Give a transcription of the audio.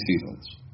seasons